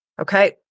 okay